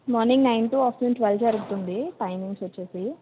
morning nine to afternoon twelve జరుగుతుంది timings వచ్చి